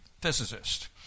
physicist